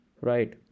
right